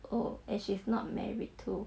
oh and she's not married too